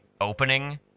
opening